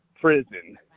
prison